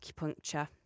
Acupuncture